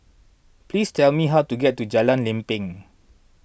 please tell me how to get to Jalan Lempeng